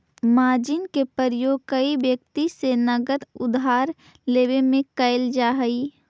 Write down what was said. margin के प्रयोग कोई व्यक्ति से नगद उधार लेवे में कैल जा हई